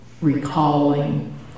recalling